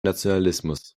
nationalismus